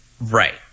Right